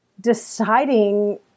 deciding